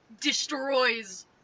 destroys